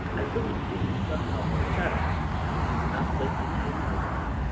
i really do need to somehow pick that up and inoculate my eyes, knows, or mouth.